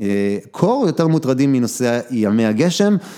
קור יותר מוטרדים מנושא ימי הגשם